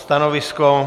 Stanovisko?